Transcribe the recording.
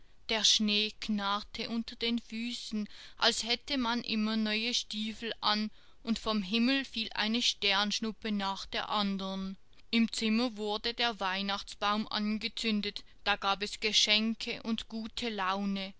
der schnee knarrte unter den füßen als hätte man immer neue stiefel an und vom himmel fiel eine sternschnuppe nach der andern im zimmer wurde der weihnachtsbaum angezündet da gab es geschenke und gute laune